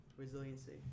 resiliency